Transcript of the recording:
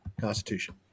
Constitution